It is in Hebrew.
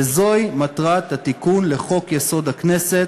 וזוהי מטרת התיקון לחוק-יסוד: הכנסת,